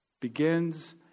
begins